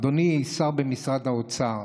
אדוני השר במשרד האוצר,